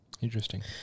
Interesting